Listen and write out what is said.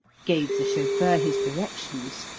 gave the chauffeur his directions,